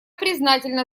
признательна